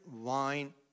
wine